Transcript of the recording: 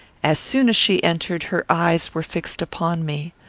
as soon as she entered, her eyes were fixed upon me.